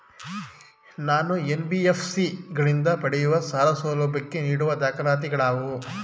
ನಾನು ಎನ್.ಬಿ.ಎಫ್.ಸಿ ಗಳಿಂದ ಪಡೆಯುವ ಸಾಲ ಸೌಲಭ್ಯಕ್ಕೆ ನೀಡುವ ದಾಖಲಾತಿಗಳಾವವು?